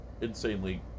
insanely